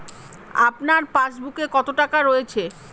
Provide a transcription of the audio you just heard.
আপনার পাসবুকে কত টাকা রয়েছে?